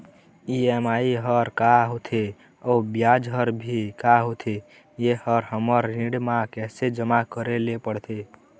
EMI हर का होथे अऊ ब्याज हर भी का होथे ये हर हमर ऋण मा कैसे जमा करे ले पड़ते?